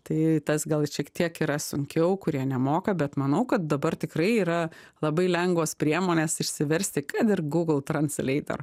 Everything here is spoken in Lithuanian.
tai tas gal šiek tiek yra sunkiau kurie nemoka bet manau kad dabar tikrai yra labai lengvos priemonės išsiversti kad ir gūgl transleiter